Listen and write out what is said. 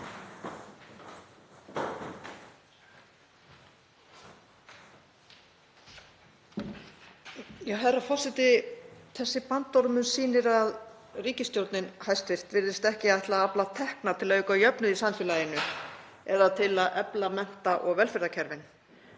Herra forseti. Þessi bandormur sýnir að hæstv. ríkisstjórn virðist ekki ætla að afla tekna til að auka jöfnuð í samfélaginu eða til að efla mennta- og velferðarkerfin.